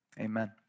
Amen